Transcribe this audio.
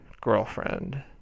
girlfriend